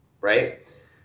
right